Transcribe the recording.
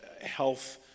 health